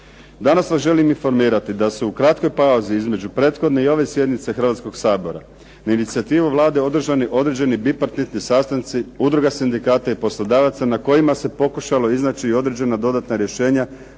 Danas vas želim informirati da se u kratkoj pauzi između ove i prethodne sjednice Hrvatskog sabora na inicijativu Vlade održani određeni bipartitni sastanci, udruga sindikata i poslodavaca na kojima se pokušalo iznaći određena dodatna rješenja